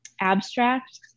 abstract